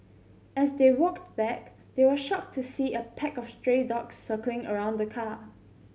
as they walked back they were shocked to see a pack of stray dogs circling around the car